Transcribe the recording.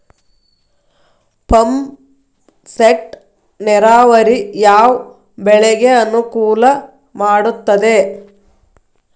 Pump set ನೇರಾವರಿ ಯಾವ್ ಬೆಳೆಗೆ ಅನುಕೂಲ ಮಾಡುತ್ತದೆ?